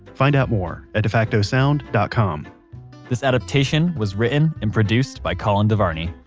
find out more at defactosound dot com this adaptation was written and produced by colin devarney,